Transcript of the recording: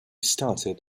started